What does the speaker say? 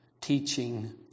teaching